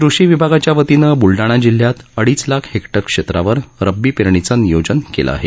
कृषी विभागाच्यावतीनं बुलडाणा जिल्ह्यात अडीच लाख हेक्टर क्षेत्रावर रब्बी पेरणीचं नियोजन केलं आहे